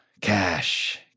Cash